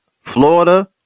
Florida